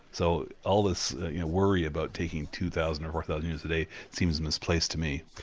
so all this worry about taking two thousand or four thousand units a day seems misplaced to me.